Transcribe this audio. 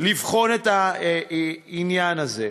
לבחון את העניין הזה.